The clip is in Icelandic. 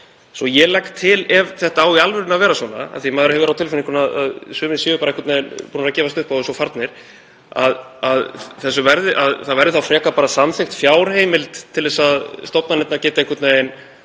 Svo ég legg til, ef þetta á í alvörunni að vera svona, af því að maður hefur á tilfinningunni að sumir séu einhvern veginn búnir að gefast upp á þessu og farnir, að það verði þá frekar samþykkt fjárheimild til þess að stofnanirnar geti einhvern veginn